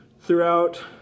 throughout